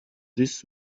this